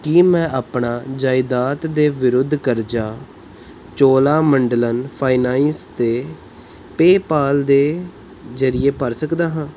ਕੀ ਮੈਂ ਆਪਣਾ ਜ਼ਾਇਦਾਦ ਦੇ ਵਿਰੁੱਧ ਕਰਜ਼ਾ ਚੋਲਾਮੰਡਲਮ ਫਾਈਨੈਂਸ ਅਤੇ ਪੇਪਾਲ ਦੇ ਜ਼ਰੀਏ ਭਰ ਸਕਦਾ ਹਾਂ